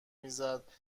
میزد